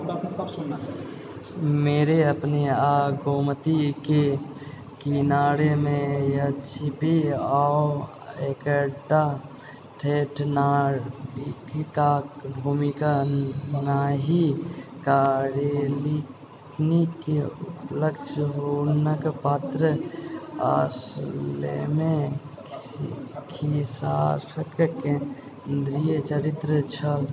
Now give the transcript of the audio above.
मेरे अपने आओर गोमती के किनारेमे यद्यपि ओ एकटा ठेठ नायिकाके भूमिका नहि कएलनि परञ्च हुनक पात्र असलमे खिस्साक केन्द्रीय चरित्र छल